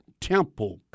temple